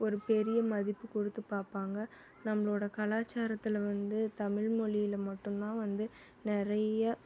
ஒரு பெரிய மதிப்பு கொடுத்து பார்ப்பாங்க நம்ளோடய கலாச்சாரத்தில் வந்து தமிழ்மொழில மட்டுந்தான் வந்து நிறைய